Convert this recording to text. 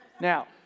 Now